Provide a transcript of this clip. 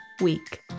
week